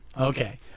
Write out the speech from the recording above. okay